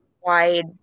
wide